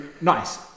nice